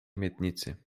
miednicy